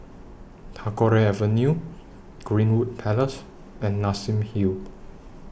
Tagore Avenue Greenwood Place and Nassim Hill